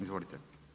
Izvolite.